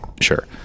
Sure